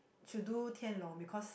should do Tian-Long because